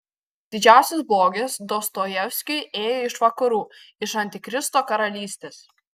didžiausias blogis dostojevskiui ėjo iš vakarų iš antikristo karalystės